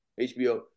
HBO